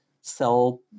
sell